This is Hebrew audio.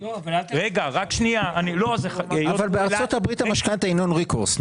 ארצות-הברית ------ בארצות-הברית המשכנתה היא Non-Recourse.